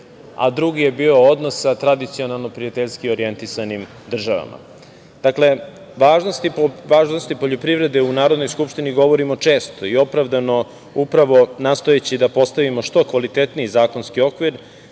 a drugi je bio odnos sa tradicionalno prijateljski orjentisanim državama. Dakle, o važnosti poljoprivrede u Narodnoj skupštini govorimo često i opravdano, upravo nastojeći da postavimo što kvalitetniji zakonski okvir,